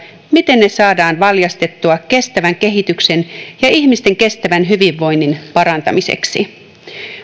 miten ne saadaan valjastettua kestävän kehityksen ja ihmisten kestävän hyvinvoinnin parantamiseksi